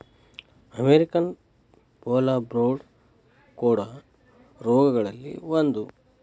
American foulbrood ಕೋಡ ರೋಗಗಳಲ್ಲಿ ಒಂದ